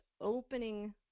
opening